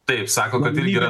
taip sako kad lyg yra